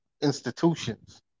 Institutions